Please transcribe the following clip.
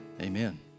Amen